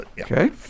Okay